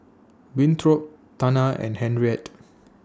Winthrop Tana and Henriette